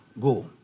go